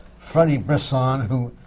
freddy brisson, who